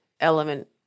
element